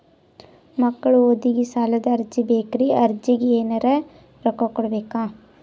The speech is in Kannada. ಮಕ್ಕಳ ಓದಿಗಿ ಸಾಲದ ಅರ್ಜಿ ಬೇಕ್ರಿ ಅರ್ಜಿಗ ಎನರೆ ರೊಕ್ಕ ಕೊಡಬೇಕಾ?